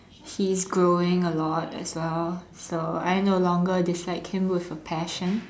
he's growing a lot as well so I no longer dislike him with a passion